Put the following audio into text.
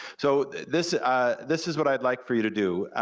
so this this is what i'd like for you to do.